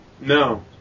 No